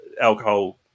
alcohol